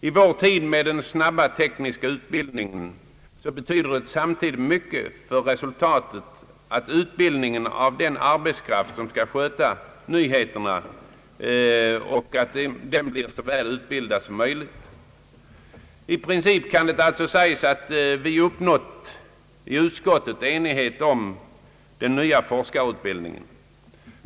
I vår tid med dess snabba tekniska utveckling betyder det samtidigt mycket för resultatet att utbildningen av den arbetskraft som skall sköta nyheterna blir så god som möjligt. I princip kan det sägas att vi inom utskottet uppnått enighet om den nya forskarutbildningen.